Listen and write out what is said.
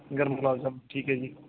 ਗਰਮ ਗੁਲਾਬ ਜਾਮੁਨ ਠੀਕ ਹੈ ਜੀ